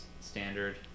standard